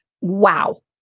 Wow